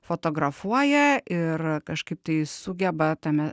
fotografuoja ir kažkaip tai sugeba tame